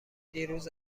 دیروز